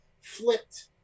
flipped